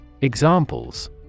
Examples